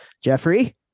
Jeffrey